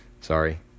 Sorry